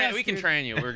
and we can train. yeah we're